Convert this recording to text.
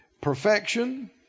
perfection